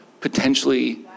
potentially